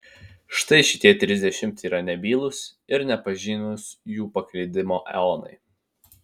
štai šitie trisdešimt yra nebylūs ir nepažinūs jų paklydimo eonai